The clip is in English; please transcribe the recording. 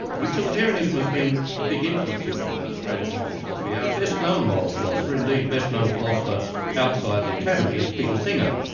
utilitarianism has been a big influence in australian moral philosophy. our best known moral philosopher, indeed best known philosopher outside the academy is peter singer,